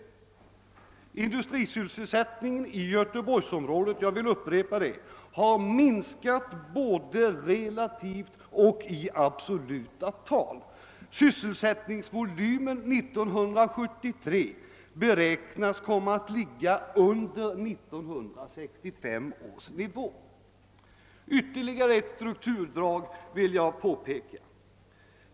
Industrisysselsättningen i Göteborgsområdet — jag upprepar det — har minskat både relativt och i absoluta tal. Sysselsättningsvolymen 1973 beräknas komma att ligga under 1965 års nivå. Ytterligare ett strukturdrag vill jag här påpeka.